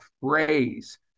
phrase